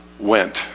went